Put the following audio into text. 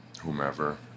whomever